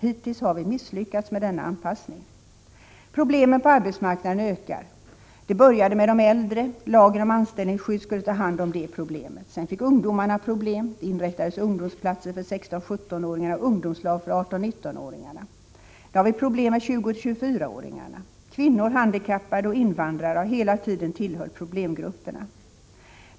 Hittills har vi misslyckats med denna anpassning. Problemen på arbetsmarknaden ökar. Det började med de äldre — lagen om anställningsskydd skulle ta hand om det problemet. Sedan fick ungdomarna problem — det inrättades ungdomsplatser för 16-17-åringarna och ungdomslag för 18-19-åringarna. Nu har vi problem med 20-24-åringarna. Kvinnor, handikappade och invandrare har hela tiden tillhört problemgrupperna.